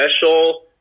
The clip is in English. special